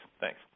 Thanks